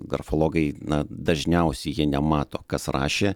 grafologai na dažniausiai jie nemato kas rašė